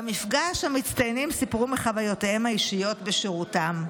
במפגש המצטיינים סיפרו מחוויותיהם האישיות בשירותם.